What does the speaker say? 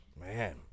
Man